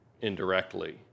indirectly